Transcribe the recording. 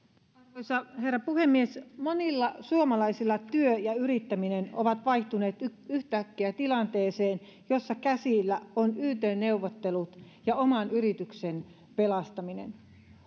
arvoisa herra puhemies monilla suomalaisilla työ ja yrittäminen ovat vaihtuneet yhtäkkiä tilanteeseen jossa käsillä on yt neuvottelut ja oman yrityksen pelastaminen